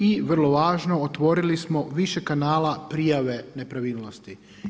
I vrlo važno, otvorili smo više kanala prijave nepravilnosti.